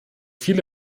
viele